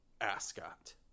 ascot